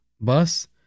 Bus